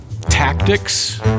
tactics